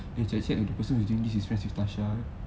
eh check check if the person is friends with